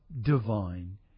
divine